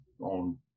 on